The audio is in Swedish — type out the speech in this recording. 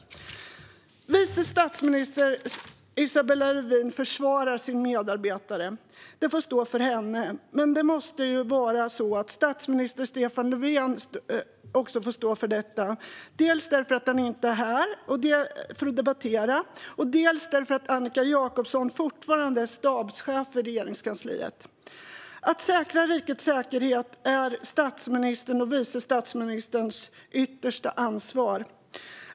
Vice statsminister Isabella Lövin försvarar sin medarbetare, och det får stå för henne. Men det måste ju vara så att statsminister Stefan Löfven också får stå för detta - dels därför att han inte är här för att debattera detta, dels därför att Annica Jacobson fortfarande är stabschef i Regeringskansliet. Att säkerställa rikets säkerhet är statsministerns och vice statsministers yttersta ansvar.